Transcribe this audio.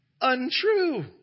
untrue